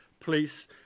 police